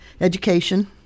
education